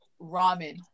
ramen